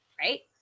Right